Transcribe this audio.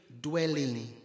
dwelling